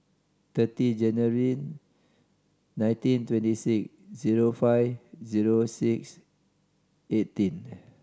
thirty January nineteen twenty six zero five zero six eighteen